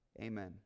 Amen